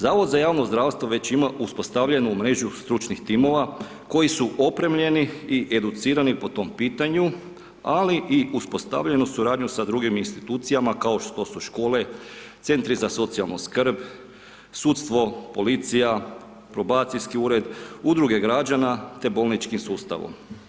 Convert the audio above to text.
Zavod za javno zdravstvo već ima uspostavljenu mrežu stručnih timova koji su opremljeni i educirani po tom pitanju ali i uspostavljenu suradnju sa drugim institucijama kao što su škole, CZSS-i, sudstvo, policija, probacijski ured, udruge građana te bolničkim sustavom.